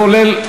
כולל,